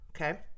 okay